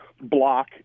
block